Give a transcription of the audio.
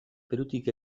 perutik